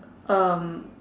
um